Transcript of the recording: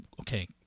Okay